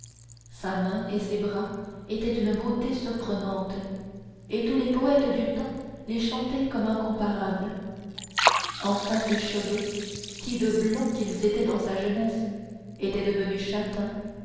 sa main et ses bras étaient d'une beauté surprenante et tous les poètes du temps les chantaient comme incomparables enfin ses cheveux qui de blonds qu'ils étaient dans sa jeunesse étaient devenus châtains